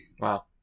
Wow